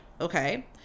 okay